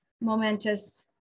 momentous